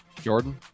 Jordan